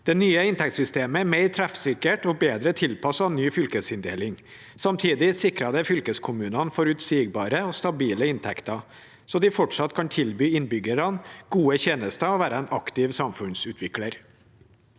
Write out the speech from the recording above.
Det nye inntektssystemet er mer treffsikkert og bedre tilpasset ny fylkesinndeling. Samtidig sikrer det fylkeskommunene forutsigbare og stabile inntekter, så de fortsatt kan tilby innbyggerne gode tjenester og være en aktiv samfunnsutvikler.